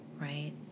right